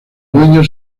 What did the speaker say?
dueño